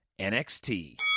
nxt